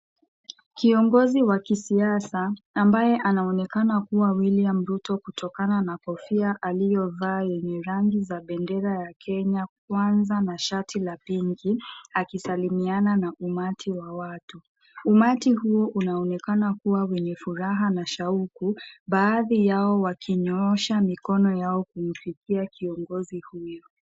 Kiongozi wa kisiasa ambaye anaonekana kuwa William Ruto, kutokana na kofia aliyovaa yenye rangi za bendera ya Kenya kwanza na shati la pinki, akisalimiana na umati wa watu. Umati huo unaonekana kuwa wenye furaha na shauku, baadhi yao wakinyoosha mikono yao kumfikia kiongozi huyo.